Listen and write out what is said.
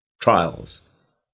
trials